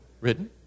Written